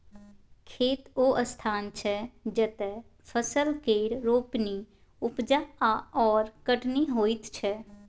खेत ओ स्थान छै जतय फसल केर रोपणी, उपजा आओर कटनी होइत छै